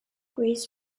grays